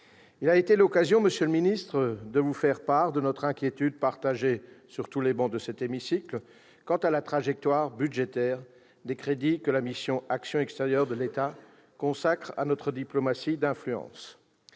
Il a été l'occasion, monsieur le ministre, de vous faire part de l'inquiétude partagée sur toutes les travées de cet hémicycle, et relative à la trajectoire budgétaire des crédits que la mission « Action extérieure de l'État » consacre à notre diplomatie d'influence.